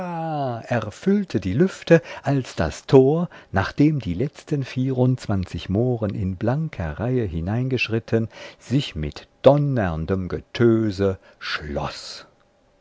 erfüllte die lüfte als das tor nachdem die letzten vierundzwanzig mohren in blanker reihe hineingeschritten sich mit donnerndem getöse schloß